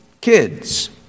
kids